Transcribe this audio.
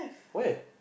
where